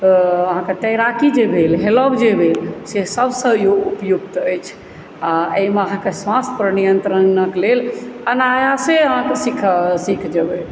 तऽ अहाँकेँ तैराकी जे भेल हेलब जे भेल से सबसँ उपयुक्त अछि आ एहिमे अहाँकेँ साँस पर नियंत्रनक लेल अनायाशे अहाँकेँ सीख जेबै